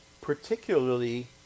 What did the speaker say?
particularly